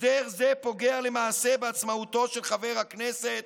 הסדר זה פוגע למעשה בעצמאותו של חבר הכנסת